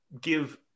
give